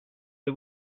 the